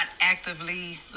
actively